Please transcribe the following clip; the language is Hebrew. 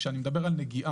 כשאני אומר "נגיעה",